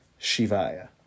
Shivaya